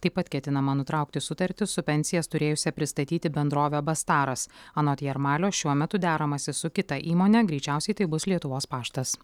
taip pat ketinama nutraukti sutartį su pensijas turėjusią pristatyti bendrove bastaras anot jarmalio šiuo metu deramasi su kita įmone greičiausiai tai bus lietuvos paštas